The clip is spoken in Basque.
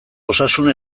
osasun